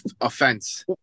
offense